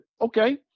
okay